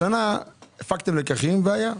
השנה הפקתם לקחים, והיו.